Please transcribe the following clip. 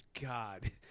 God